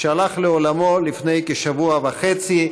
שהלך לעולמו לפני כשבוע וחצי.